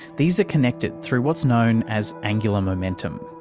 these are connected through what's known as angular momentum.